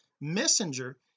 messenger